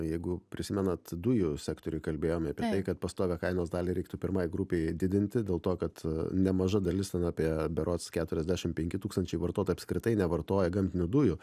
jeigu prisimenat dujų sektoriui kalbėjome apie tai kad pastovią kainos dalį reiktų pirmai grupei didinti dėl to kad nemaža dalis ten apie berods keturiasdešimt penki tūkstančiai vartotojų apskritai nevartoja gamtinių dujų